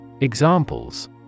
Examples